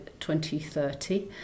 2030